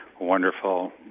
wonderful